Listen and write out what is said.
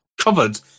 covered